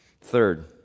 Third